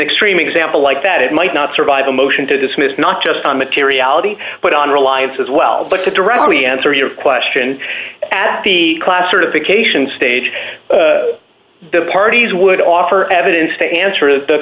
extreme example like that it might not survive a motion to dismiss not just on materiality but on reliance as well but to directly answer your question at the class certification stage the parties would offer evidence to answer the